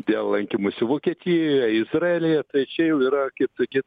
dėl lankymosi vokietijoje izraelyje tai čia jau kaip sakyt